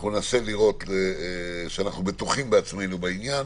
ננסה לראות שאנחנו בטוחים בעצמנו בעניין